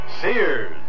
Sears